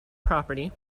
property